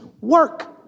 work